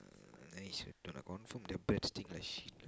uh confirm their birds stink like shit lah